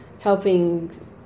helping